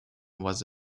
was